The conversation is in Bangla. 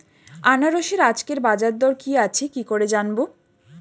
আনারসের আজকের বাজার দর কি আছে কি করে জানবো?